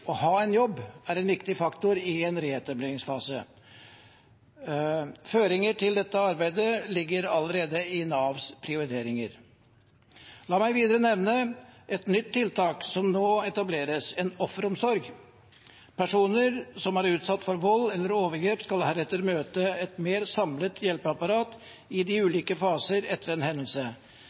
å ha en jobb, er en viktig faktor i en reetableringsfase. Føringer for dette arbeidet ligger allerede i Navs prioriteringer. La meg videre nevne et nytt tiltak som nå etableres: en offeromsorg. Personer som er utsatt for vold eller overgrep, skal heretter møte et mer samlet hjelpeapparat i de ulike faser etter en hendelse,